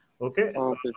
Okay